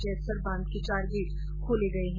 जैतसर बांध के चार गेट खोले गए हैं